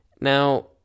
Now